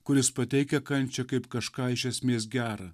kuris pateikia kančią kaip kažką iš esmės gera